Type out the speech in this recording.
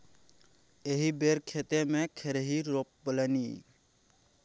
एहि बेर खेते मे खेरही रोपलनि